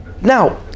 Now